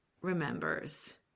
remembers